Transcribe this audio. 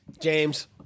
James